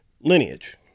lineage